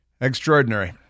Extraordinary